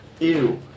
Ew